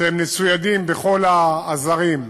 שמצוידים בכל העזרים,